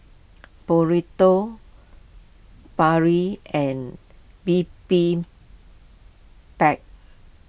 Burrito Barli and Bibimbap